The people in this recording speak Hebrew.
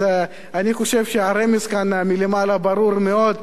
אז אני חושב שהרמז כאן, מלמעלה, ברור מאוד.